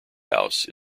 house